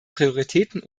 prioritäten